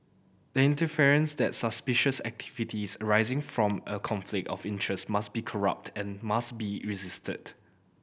the interference that suspicious activities arising from a conflict of interest must be corrupt and must be resisted